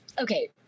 okay